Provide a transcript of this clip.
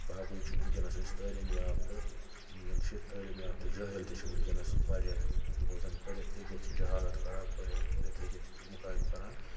باقٕے چھِ وٕنکیٚنَس أسۍ تعلیٖم یافتہٕ یِم زَن چھِ تعلیٖم یافتہٕ جٲہِل تہِ چھِ وٕنکیٚنَس واریاہ یِمو زَن پٔرِتھ لیٚکھِتھ چھِ جَہالَت کَران پٔرِتھ پٔرِتھ لیٚکھِتھ چھِ تِمہ کامہِ کَران